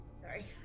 Sorry